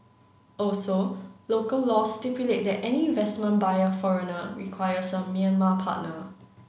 also local laws stipulate that any investment by a foreigner requires a Myanmar partner